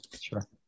Sure